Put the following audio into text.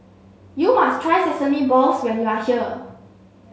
you must try sesame balls when you are here